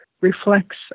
reflects